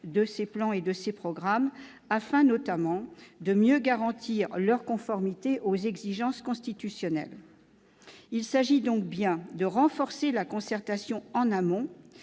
de projets, plans et programmes, afin notamment de « mieux garantir leur conformité aux exigences constitutionnelles ». Il s'agit donc bien de renforcer la concertation en amont,